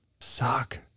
suck